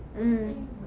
mm